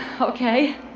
okay